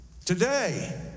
Today